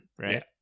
right